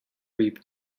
reap